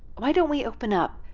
why don't we open up?